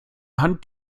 hand